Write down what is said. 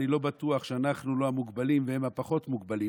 אני לא בטוח שאנחנו לא המוגבלים והם הפחות-מוגבלים,